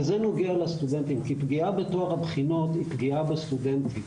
וזה נוגע לסטודנטים כי פגיעה בטוהר הבחינות היא פגיעה בסטודנטים.